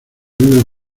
viven